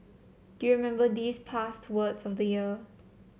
do you remember these past words of the year